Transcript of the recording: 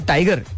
Tiger